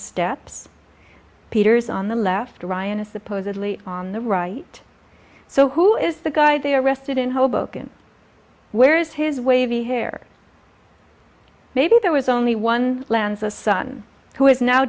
steps peter's on the left ryan is supposedly on the right so who is the guy they arrested in hoboken where is his wavy hair maybe there was only one lanza son who has now